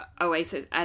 Oasis